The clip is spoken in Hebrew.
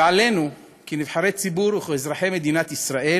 ועלינו, כנבחרי ציבור וכאזרחי מדינת ישראל,